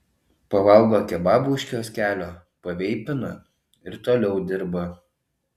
pavalgo kebabų iš kioskelio paveipina ir toliau dirba